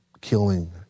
killing